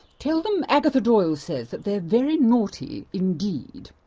tell them agatha doyle says that they're very naughty indeed.